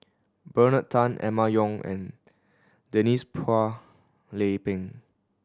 Bernard Tan Emma Yong and Denise Phua Lay Peng